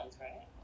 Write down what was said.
right